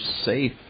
safe